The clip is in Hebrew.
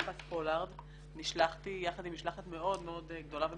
פולארד נשלחתי יחד עם משלחת מאוד מאוד גדולה ומכובדת.